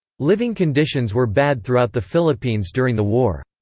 living conditions were bad throughout the philippines during the war.